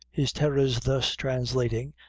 his terrors thus translating,